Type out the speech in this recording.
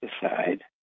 decide